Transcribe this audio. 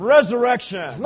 Resurrection